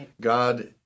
God